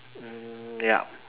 mm yup